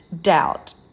doubt